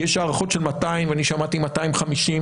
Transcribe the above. כי יש הערכות של 200,000 ואני שמעתי 250,000,